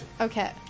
Okay